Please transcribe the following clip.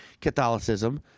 Catholicism